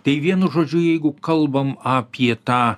tai vienu žodžiu jeigu kalbam apie tą